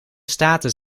staten